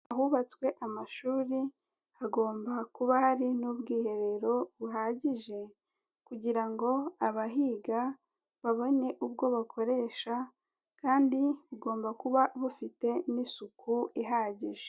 Ahubatswe amashuri hagomba kuba hari n'ubwiherero buhagije kugira ngo abahiga babone ubwo bakoresha kandi bugomba kuba bufite n'isuku ihagije.